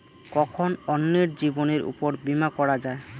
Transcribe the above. কখন অন্যের জীবনের উপর বীমা করা যায়?